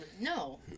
no